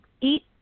eat